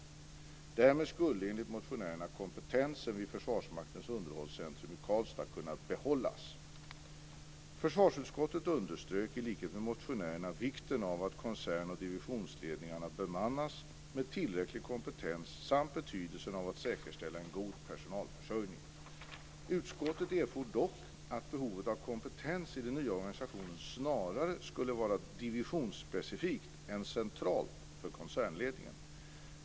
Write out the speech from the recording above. Därmed skulle, enligt motionärerna, kompetensen vid Försvarsmaktens underhållscentrum i Karlstad kunna behållas. Försvarsutskottet underströk i likhet med motionärerna vikten av att koncern och divisionsledningarna bemannas med tillräcklig kompetens samt betydelsen av att säkerställa en god personalförsörjning. Utskottet erfor dock att behovet av kompetens i den nya organisationen snarare skulle vara divisionsspecifikt än centralt för koncernledningen.